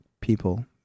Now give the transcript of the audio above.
people